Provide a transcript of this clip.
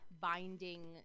binding